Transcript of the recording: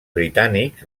britànics